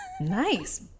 Nice